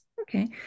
okay